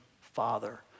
father